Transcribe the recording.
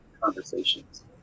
conversations